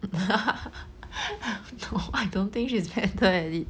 no I don't think she's better at it